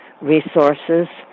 resources